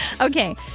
Okay